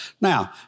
Now